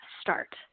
start